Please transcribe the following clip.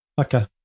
Okay